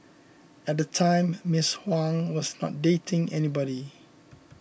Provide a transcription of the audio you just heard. at the time Miss Huang was not dating anybody